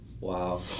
wow